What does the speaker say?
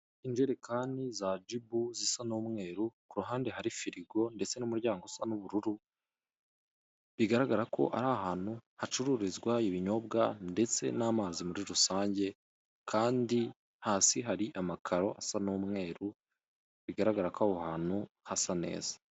Injerekani za Jibu zisa n'umweru ku ruhande hari firigo ndetse n'umuryango usa n'ubururu, bigaragara ko ari ahantu hacururizwa ibinyobwa ndetse n'amazi muri rusange kandi hasi hari amakaro asa n'umweru bigaragara ko aho hantu hasa neza.